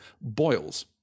boils